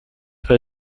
for